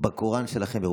בקוראן שלכם?